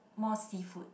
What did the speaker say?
more seafood